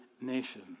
nation